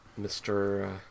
Mr